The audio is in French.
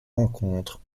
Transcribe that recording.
rencontres